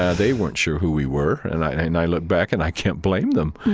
yeah they weren't sure who we were. and i look back and i can't blame them.